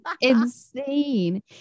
insane